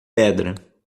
pedra